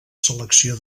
selecció